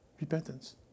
Repentance